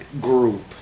group